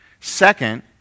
Second